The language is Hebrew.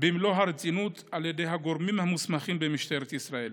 במלוא הרצינות על ידי הגורמים המוסמכים במשטרת ישראל,